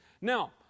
Now